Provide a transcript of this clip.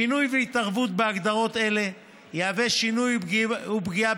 שינוי והתערבות בהגדרות אלה יהוו שינוי ופגיעה